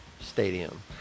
stadium